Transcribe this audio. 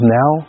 now